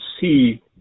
see